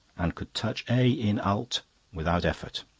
and could touch a in alt without effort.